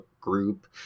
group